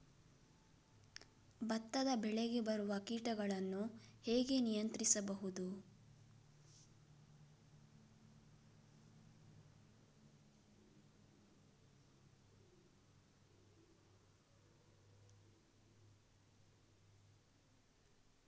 ಭತ್ತದ ಬೆಳೆಗೆ ಬರುವ ಕೀಟಗಳನ್ನು ಹೇಗೆ ನಿಯಂತ್ರಿಸಬಹುದು?